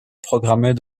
programmer